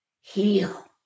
heal